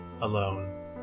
alone